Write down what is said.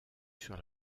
sur